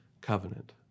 covenant